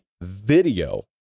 video